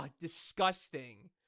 disgusting